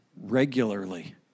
regularly